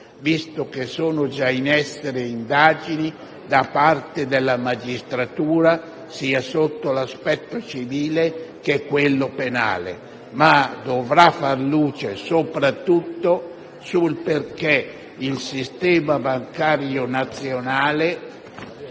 visto che sono già in essere indagini da parte della magistratura, sia sotto l'aspetto civile che sotto quello penale, ma dovrà far luce soprattutto sul perché il sistema bancario nazionale